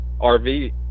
RV